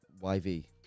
Y-V